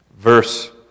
Verse